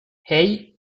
hey